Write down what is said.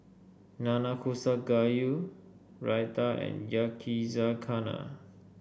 Nanakusa Gayu Raita and Yakizakana